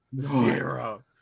Zero